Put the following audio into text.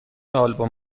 آلبوم